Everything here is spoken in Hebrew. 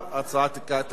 ההצבעה תיערך